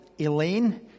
Elaine